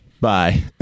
Bye